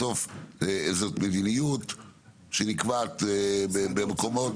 בסוף זו מדיניות שנקבעת במקומות,